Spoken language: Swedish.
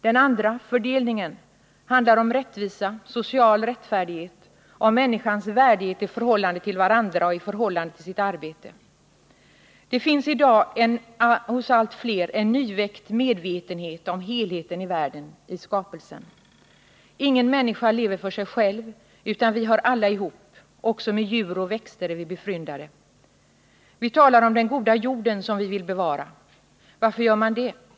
Den andra punkten handlar om rättvisa, om social rättfärdighet, om människornas värdighet i förhållande till varandra och i förhållande till sitt arbete. Det finns i dag hos allt fler en nyväckt medvetenhet om helheten i världen, i skapelsen. Ingen människa lever för sig själv, utan vi hör alla ihop — också med djur och växter är vi befryndade. Vi talar om den goda jorden som vi vill bevara. Varför det?